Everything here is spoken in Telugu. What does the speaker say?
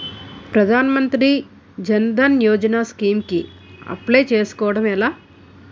ప్రధాన మంత్రి జన్ ధన్ యోజన స్కీమ్స్ కి అప్లయ్ చేసుకోవడం ఎలా?